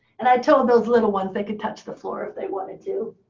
and i told those little ones they could touch the floor if they wanted to.